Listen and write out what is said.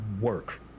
work